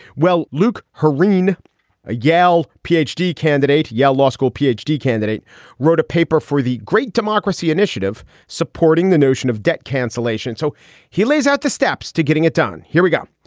well, look, hiring a yale p h d candidate, yale law school p h d candidate wrote a paper for the great democracy initiative supporting the notion of debt cancellation. so he lays out the steps to getting it done. here we go.